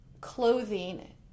clothing